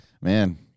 man